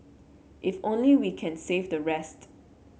if only we can save the rest